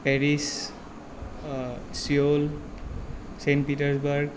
Paris Seoul saint petersburg